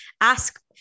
Ask